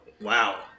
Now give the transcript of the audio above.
wow